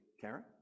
Karen